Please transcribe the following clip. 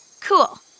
Cool